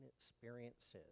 experiences